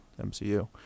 MCU